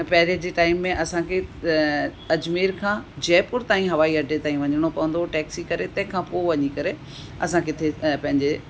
पहिरें जे टाइम में असांखे अजमेर खां जयपुर ताईं हवाई अड्डे ताईं वञिणो पवंदो उहो टेक्सी करे तंहिंखां पोइ वञी करे असां किथे पंहिंजे